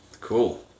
Cool